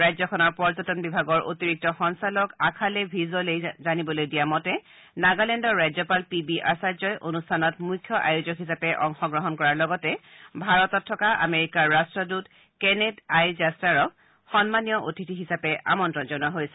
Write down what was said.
ৰাজ্যখনৰ পৰ্যটন বিভাগৰ অতিৰিক্ত সঞ্চালক আখালে ভিজলে জানিবলৈ দিয়া মতে নাগালেণ্ডৰ ৰাজ্যপাল পি বি আচাৰ্যই অনুষ্ঠানত মুখ্য আয়োজক হিচাপে অংশগ্ৰহণ কৰাৰ লগতে ভাৰতত আমেৰিকাৰ ৰা্ট্ৰদূত কেনেট আই জাষ্টাৰক সন্মানীয় অতিথি হিচাপে আমন্ত্ৰণ জনোৱা হৈছে